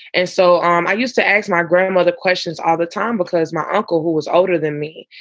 and so um i used to asked my grandmother questions all the time because my uncle, who was older than me,